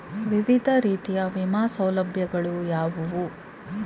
ವಿವಿಧ ರೀತಿಯ ವಿಮಾ ಸೌಲಭ್ಯಗಳು ಯಾವುವು?